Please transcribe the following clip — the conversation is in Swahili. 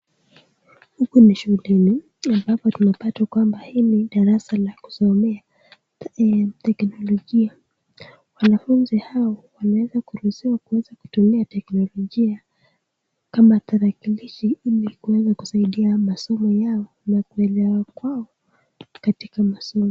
Huku ni shuleni ambapo tunapata kwamba hii ni darasa la kusomea teknolojia, wanafunzi hao wameweza kuruhusiwa kuweza kutumia teknolojia kama tarakilishi ili kuweza kusaidia masomo yao na kuelewa kwao katika masomo.